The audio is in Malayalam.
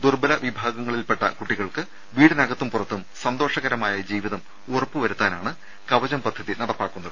ദുർബല വിഭാഗങ്ങളിൽപ്പെട്ട കുട്ടികൾക്ക് വീടിനകത്തും പുറത്തും സന്തോഷകരമായ ജീവിതം ഉറപ്പുവരുത്താനാണ് കവചം പദ്ധതി നടപ്പാക്കുന്നത്